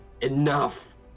enough